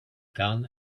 gun